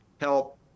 help